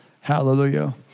Hallelujah